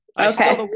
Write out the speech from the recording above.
Okay